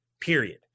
period